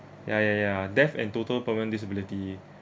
ya ya ya death and total permanent disability